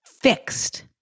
fixed